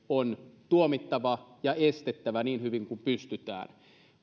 on tuomittava ja estettävä niin hyvin kuin pystytään